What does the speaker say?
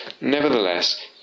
Nevertheless